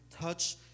touch